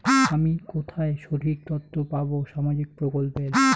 আমি কোথায় সঠিক তথ্য পাবো সামাজিক প্রকল্পের?